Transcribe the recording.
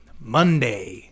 Monday